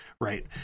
right